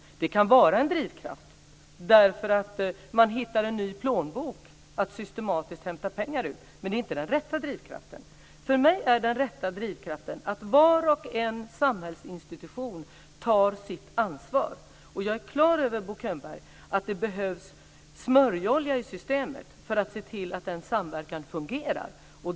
Det kan vara en drivkraft, för man hittar en ny plånbok att systematiskt hämta pengar ur. Men det är inte den rätta drivkraften. För mig är den rätta drivkraften att var och en samhällsinstitution tar sitt ansvar. Jag är klar över, Bo Könberg, att det behövs smörjolja i systemet för att se till att den samverkan fungerar.